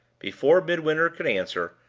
before midwinter could answer,